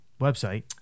website